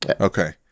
okay